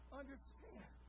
understand